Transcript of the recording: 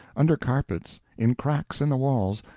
under carpets, in cracks in the walls,